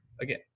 again